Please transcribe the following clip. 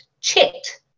chit